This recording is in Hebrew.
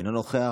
אינו נוכח.